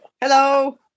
Hello